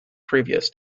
previous